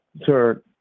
sir